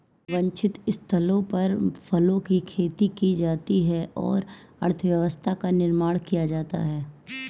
वांछित स्थलों पर फलों की खेती की जाती है और अर्थव्यवस्था का निर्माण किया जाता है